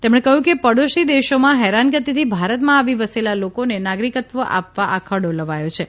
તેમણે કહ્યું કે પડોશી દેશમાં હેરાનગતિથી ભારતમાં આવી વસેલા લોકોને નાગરિકત્વ આપવા આ ખરડો લવાયો છે